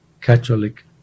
Catholic